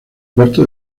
cuarto